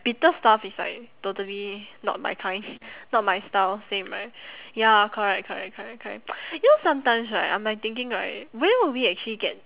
bitter stuff is like totally not my kind not my style same right ya correct correct correct correct you know sometimes right I'm like thinking right where will we actually get